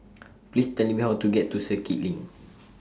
Please Tell Me How to get to Circuit LINK